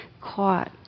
caught